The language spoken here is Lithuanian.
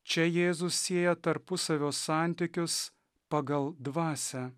čia jėzus sieja tarpusavio santykius pagal dvasią